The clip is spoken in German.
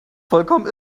vollkommen